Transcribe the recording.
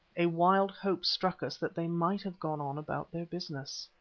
a wild hope struck us that they might have gone on about their business.